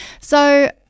So-